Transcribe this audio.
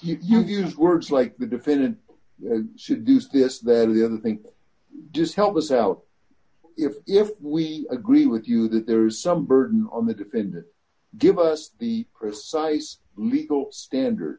yes you use words like the defendant seduce this that or the other thing does help us out if we agree with you that there is some burden on the defendant give us the precise legal standard